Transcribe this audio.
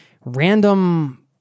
random